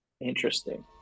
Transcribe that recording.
interesting